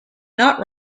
not